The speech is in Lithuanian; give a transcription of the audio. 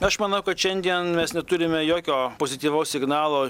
aš manau kad šiandien mes neturime jokio pozityvaus signalo